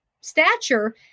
stature